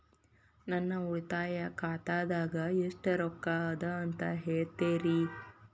ನನ್ನ ಉಳಿತಾಯ ಖಾತಾದಾಗ ಎಷ್ಟ ರೊಕ್ಕ ಅದ ಅಂತ ಹೇಳ್ತೇರಿ?